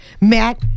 Matt